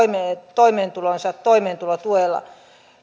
toimeentuloansa toimeentulotuella